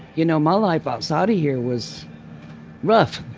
you know, my life outside of here was rough.